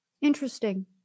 Interesting